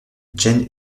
jane